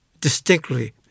distinctly